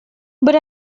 but